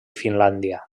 finlàndia